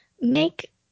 make